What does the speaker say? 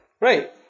right